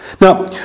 Now